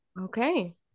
Okay